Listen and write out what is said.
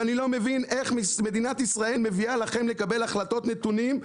ואני לא מבין איך מדינת ישראל מביאה לכם לקבל החלטות נתונים,